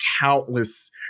countless